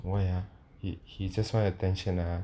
why ah he he just want attention ah